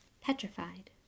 petrified